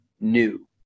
new